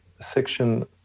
section